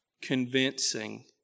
convincing